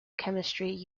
chemistry